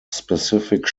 specific